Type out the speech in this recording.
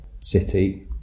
city